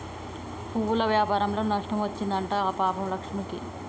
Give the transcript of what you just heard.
పువ్వుల వ్యాపారంలో నష్టం వచ్చింది అంట పాపం లక్ష్మికి